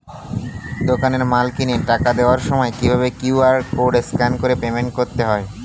দোকানে মাল কিনে টাকা দেওয়ার সময় কিভাবে কিউ.আর কোড স্ক্যান করে পেমেন্ট করতে হয়?